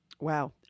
Wow